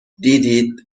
دیدید